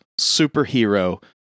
superhero